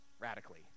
radically